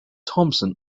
thompson